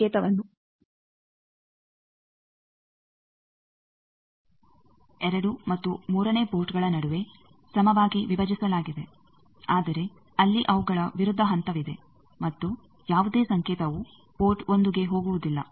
ಸಂಕೇತವನ್ನು ಎರಡು 2 ಮತ್ತು 3ನೇ ಪೋರ್ಟ್ಗಳ ನಡುವೆ ಸಮವಾಗಿ ವಿಭಜಿಸಲಾಗಿದೆ ಆದರೆ ಅಲ್ಲಿ ಅವುಗಳ ವಿರುದ್ಧ ಹಂತವಿದೆ ಮತ್ತು ಯಾವುದೇ ಸಂಕೇತವು ಪೋರ್ಟ್ 1ಗೆ ಹೋಗುವುದಿಲ್ಲ